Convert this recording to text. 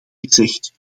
gezegd